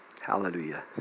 Hallelujah